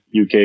UK